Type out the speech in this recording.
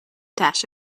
dash